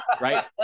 right